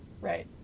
Right